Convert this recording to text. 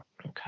Okay